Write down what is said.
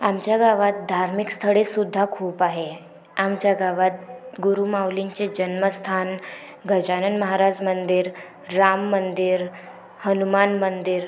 आमच्या गावात धार्मिक स्थळेसुद्धा खूप आहे आमच्या गावात गुरूमाऊलींचे जन्मस्थान गजानन महाराज मंदिर राम मंदिर हनुमान मंदिर